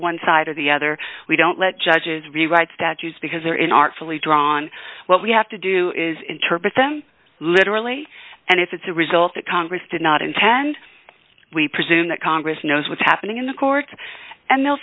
one side or the other we don't let judges rewrite statutes because they're in artfully drawn what we have to do is interpret them literally and if it's a result that congress did not intend we presume that congress knows what's happening in the courts and they'll